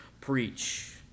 preach